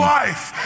life